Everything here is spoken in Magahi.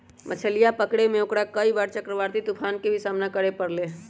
मछलीया पकड़े में ओकरा कई बार चक्रवाती तूफान के भी सामना करे पड़ले है